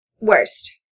Worst